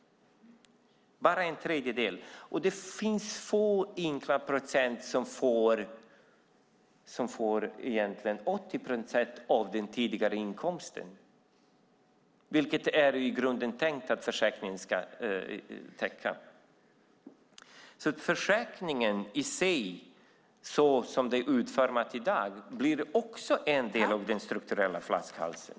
Det är några få ynka procent som får 80 procent av den tidigare inkomsten, vilket det ju från början var tänkt att försäkringen skulle ge. Försäkringen i sig, sådan den är utformad i dag, blir också en del av den strukturella flaskhalsen.